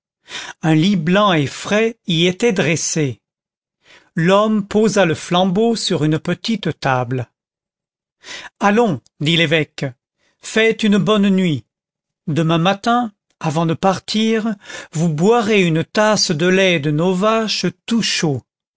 un lit blanc et frais y était dressé l'homme posa le flambeau sur une petite table allons dit l'évêque faites une bonne nuit demain matin avant de partir vous boirez une tasse de lait de nos vaches tout chaud